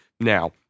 now